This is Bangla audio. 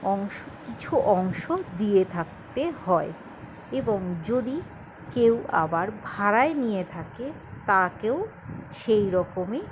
অংশ কিছু অংশ দিয়ে থাকতে হয় এবং যদি কেউ আবার ভাড়ায় নিয়ে থাকে তাকেও সেই রকমই